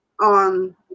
on